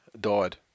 Died